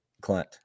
Clint